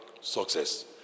success